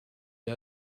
the